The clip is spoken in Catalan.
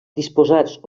disposats